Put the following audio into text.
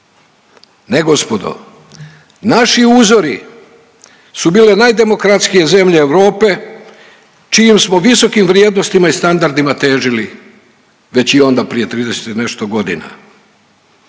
Ne gospodo, naši uzori su bile najdemokratskije zemlje Europe čijim smo visokim vrijednostima i standardima težili već i onda prije 30 i nešto godina.